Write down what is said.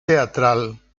teatral